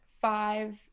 five